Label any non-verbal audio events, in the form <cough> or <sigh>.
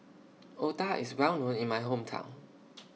Otah IS Well known in My Hometown <noise>